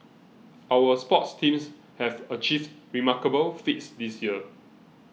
our sports teams have achieved remarkable feats this year